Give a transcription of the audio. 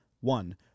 One